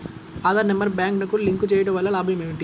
Aadhaar number బ్యాంక్నకు link చేయుటవల్ల లాభం ఏమిటి?